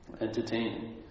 entertaining